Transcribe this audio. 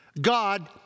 God